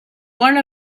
one